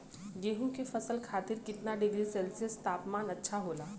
गेहूँ के फसल खातीर कितना डिग्री सेल्सीयस तापमान अच्छा होला?